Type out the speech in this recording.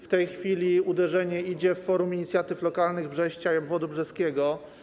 W tej chwili uderzenie idzie w forum inicjatyw lokalnych Brześcia i obwodu brzeskiego.